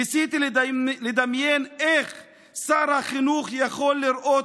ניסיתי לדמיין איך שר החינוך יכול לראות